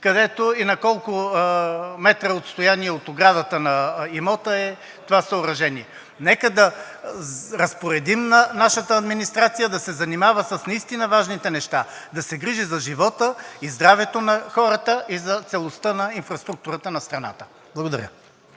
и на колко метра отстояние от оградата на имота е това съоръжение. Нека да разпоредим на нашата администрация да се занимава с важните неща, да се грижи за живота и здравето на хората и за целостта на инфраструктурата на страната. Благодаря.